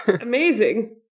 Amazing